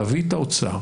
להביא את האוצר,